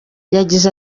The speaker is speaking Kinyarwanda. yagize